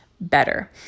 better